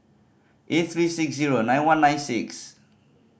eight three six zero nine one nine six